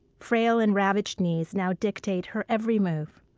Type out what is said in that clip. frail and ravaged knees now dictate her every move,